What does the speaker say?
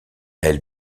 elle